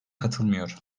katılmıyor